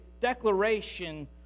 declaration